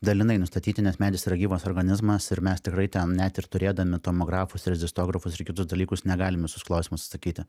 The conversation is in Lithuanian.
dalinai nustatyti nes medis yra gyvas organizmas ir mes tikrai ten net ir turėdami tomografus rezistografus ir kitus dalykus negalim į visus klausimus atsakyti